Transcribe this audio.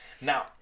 Now